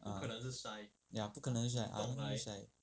ah ya 不可能是 shy I don't think it's shy